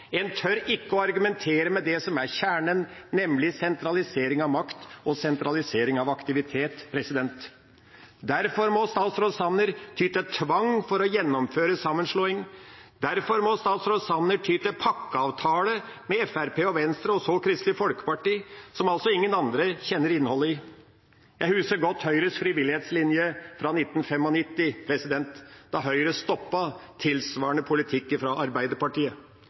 En tør ikke å argumentere med det som er kjernen, nemlig sentralisering av makt og sentralisering av aktivitet. Derfor må statsråd Sanner ty til tvang for å gjennomføre sammenslåing, derfor må statsråd Sanner ty til pakkeavtale med Fremskrittspartiet og Venstre – og så Kristelig Folkeparti – som altså ingen andre kjenner innholdet i. Jeg husker godt Høyres frivillighetslinje fra 1995, da Høyre stoppet tilsvarende politikk fra Arbeiderpartiet.